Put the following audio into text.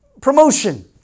Promotion